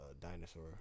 dinosaur